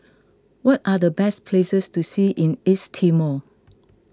what are the best places to see in East Timor